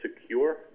secure